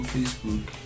Facebook